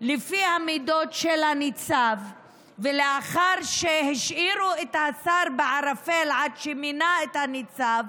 לפי המידות של הניצב ולאחר שהשאירו את השר בערפל עד שמינה את הניצב,